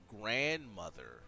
grandmother